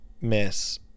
miss